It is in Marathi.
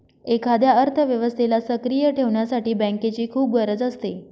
एखाद्या अर्थव्यवस्थेला सक्रिय ठेवण्यासाठी बँकेची खूप गरज असते